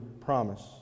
promise